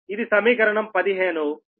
ఇది సమీకరణం 15